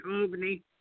Albany